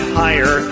higher